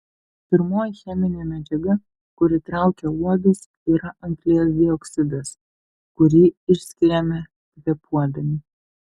pirmoji cheminė medžiaga kuri traukia uodus yra anglies dioksidas kurį išskiriame kvėpuodami